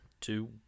two